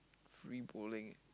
free bowling